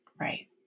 Right